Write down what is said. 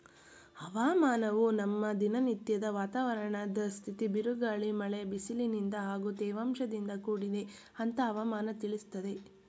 ಹವಾಮಾನವು ನಮ್ಮ ದಿನನತ್ಯದ ವಾತಾವರಣದ್ ಸ್ಥಿತಿ ಬಿರುಗಾಳಿ ಮಳೆ ಬಿಸಿಲಿನಿಂದ ಹಾಗೂ ತೇವಾಂಶದಿಂದ ಕೂಡಿದೆ ಅಂತ ಹವಾಮನ ತಿಳಿಸ್ತದೆ